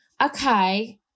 okay